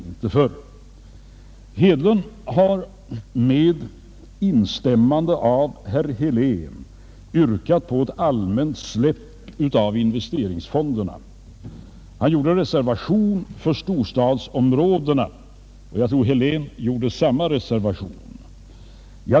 Herr Hedlund har med instämmande av herr Helén yrkat på ett allmänt släpp av investeringsfonderna. Han gjorde en reservation för storstadsområdena, och jag tror herr Helén gjorde samma reservation.